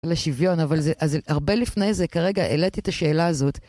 לשוויון, אבל זה, אז הרבה לפני זה, כרגע, העליתי את השאלה הזאת.